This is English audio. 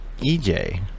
EJ